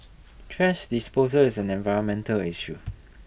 thrash disposal is an environmental issue